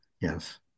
yes